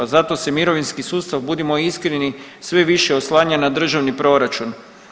Zato se mirovinski sustav budimo iskreni sve više oslanja na državni proračun.